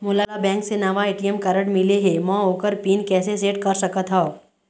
मोला बैंक से नावा ए.टी.एम कारड मिले हे, म ओकर पिन कैसे सेट कर सकत हव?